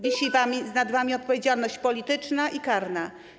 Wisi nad wami odpowiedzialność polityczna i karna.